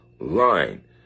line